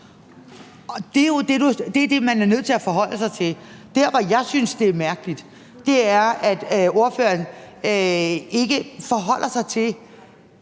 Det er det, man er nødt til at forholde sig til. Det, jeg synes er mærkeligt, er, at ordføreren ikke forholder sig til,